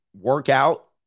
Workout